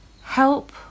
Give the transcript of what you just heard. help